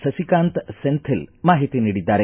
ಸಸಿಕಾಂತ್ ಸೆಂಥಿಲ್ ಮಾಹಿತಿ ನೀಡಿದ್ದಾರೆ